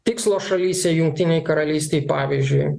tikslo šalyse jungtinėj karalystj pavyzdžiui